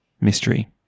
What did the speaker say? mystery